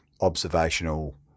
observational